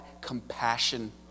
compassion